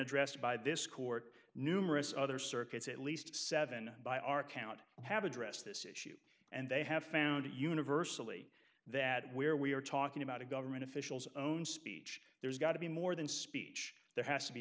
addressed by this court numerous other circuits at least seven by our count have addressed this issue and they have found it universally that where we are talking about a government officials own speech there's got to be more than speech there has to be